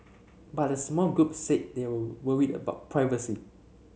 but a small group said they were worried about privacy